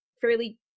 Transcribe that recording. fairly